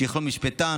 שיכלול משפטן,